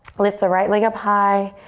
lift the right leg up high.